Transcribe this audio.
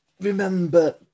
remember